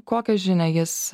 kokią žinią jis